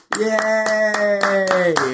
Yay